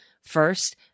First